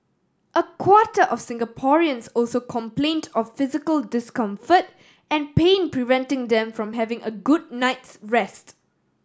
a quarter of Singaporeans also complained of physical discomfort and pain preventing them from having a good night's rest